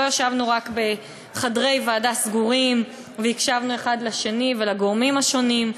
לא ישבנו רק בחדרי ועדה סגורים והקשבנו אחד לשני ולגורמים השונים,